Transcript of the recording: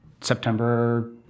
September